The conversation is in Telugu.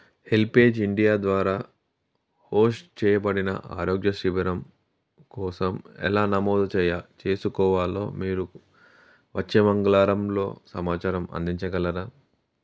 హెల్ప్ఏజ్ ఇండియా ద్వారా హోస్ట్ చేయబడిన ఆరోగ్య శిబరం కోసం ఎలా నమోదు చేయా చేసుకోవాలో మీరు వచ్చే మంగళారంలో సమాచారం అందించగలరా